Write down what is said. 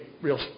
real